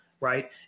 right